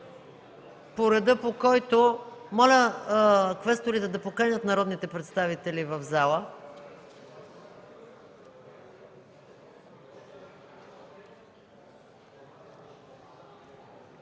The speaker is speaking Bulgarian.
по реда, по който... Моля квесторите да поканят народните представители в залата!